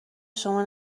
شما